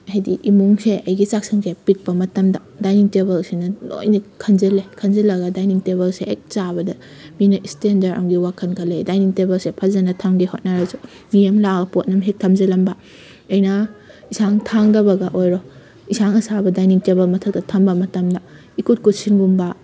ꯍꯥꯏꯗꯤ ꯏꯃꯨꯡꯁꯦ ꯑꯩꯒꯤ ꯆꯥꯛꯁꯪꯁꯦ ꯄꯤꯛꯄ ꯃꯇꯝꯗ ꯗꯥꯏꯅꯤꯡ ꯇꯦꯕꯜꯁꯤꯅ ꯂꯣꯏꯅ ꯈꯟꯖꯤꯜꯂꯦ ꯈꯟꯖꯤꯜꯂꯒ ꯗꯥꯏꯅꯤꯡ ꯇꯦꯕꯜꯁꯦ ꯍꯦꯛ ꯆꯥꯕꯗ ꯃꯤꯅ ꯏꯁꯇꯦꯟꯗꯔ ꯑꯃꯒꯤ ꯋꯥꯈꯜ ꯈꯜꯂꯦ ꯗꯥꯏꯅꯤꯡ ꯇꯦꯕꯜꯁꯦ ꯐꯖꯅ ꯊꯝꯒꯦ ꯍꯣꯠꯅꯔꯁꯨ ꯃꯤ ꯑꯃ ꯂꯥꯛꯑꯒ ꯄꯣꯠ ꯑꯃ ꯍꯦꯛ ꯊꯝꯖꯤꯜꯂꯝꯕ ꯑꯩꯅ ꯏꯟꯁꯥꯡ ꯊꯥꯡꯊꯕꯒ ꯑꯣꯏꯔꯣ ꯏꯁꯥꯡ ꯁꯥꯡꯕ ꯗꯥꯏꯅꯤꯡ ꯇꯦꯕꯜ ꯃꯊꯛꯇ ꯊꯝꯕ ꯃꯐꯝꯗ ꯏꯀꯨꯠ ꯀꯨꯠꯁꯤꯟꯒꯨꯝꯕ